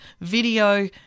video